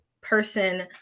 person